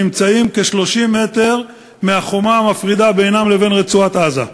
נמצאים כ-30 מטר מהחומה המפרידה בינם לבין רצועת-עזה.